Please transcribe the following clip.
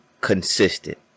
consistent